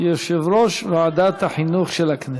יושב-ראש ועדת החינוך של הכנסת.